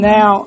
Now